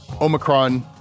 Omicron